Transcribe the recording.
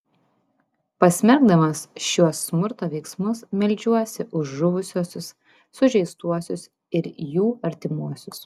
pasmerkdamas šiuos smurto veiksmus meldžiuosi už žuvusiuosius sužeistuosius ir jų artimuosius